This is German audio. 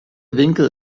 winkel